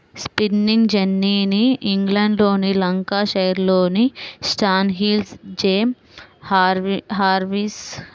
spinning జెన్నీని ఇంగ్లండ్లోని లంకాషైర్లోని స్టాన్హిల్ జేమ్స్ హార్గ్రీవ్స్ కనుగొన్నారు